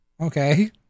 Okay